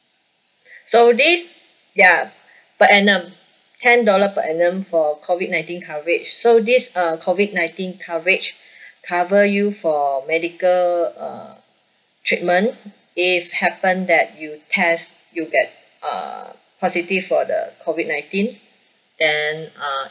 so this ya per annum ten dollar per annum for COVID ninety coverage so this uh COVID nineteen coverage cover you for medical uh treatment if happen that you test you get uh positive for the COVID nineteen then uh